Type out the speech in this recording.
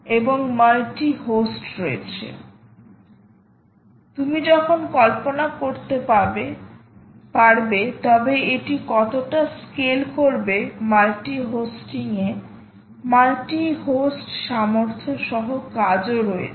সুতরাং তুমি যখন কল্পনা করতে পারবে তবে এটি কতটা স্কেল করবে মাল্টি হোস্টিং এ মাল্টি হোস্ট সামর্থ্য সহ কাজও রয়েছে